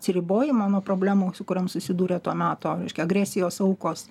atsiribojimą nuo problemų su kuriom susidūrė to meto reiškia agresijos aukos